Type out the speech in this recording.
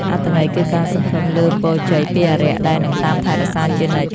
អត្ថន័យគឺការសង្ឃឹមលើពរជ័យពីអារក្សដែលនឹងតាមថែរក្សាជានិច្ច។